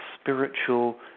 spiritual